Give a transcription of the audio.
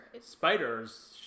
Spiders